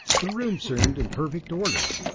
the room seemed in perfect order.